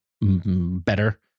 better